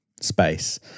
space